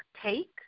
take